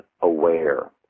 aware